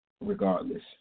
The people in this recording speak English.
regardless